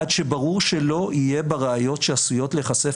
עד שברור שלא יהיה בראיות שעשויות להיחשף